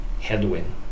headwind